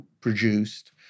produced